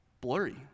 blurry